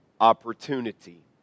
opportunity